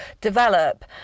develop